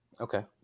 okay